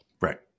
right